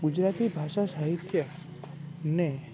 ગુજરાતી ભાષા સાહિત્યને